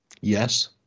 Yes